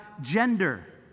gender